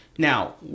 Now